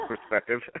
perspective